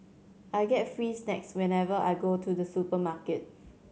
I get free snacks whenever I go to the supermarket